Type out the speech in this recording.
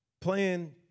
playing